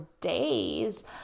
day's